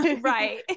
Right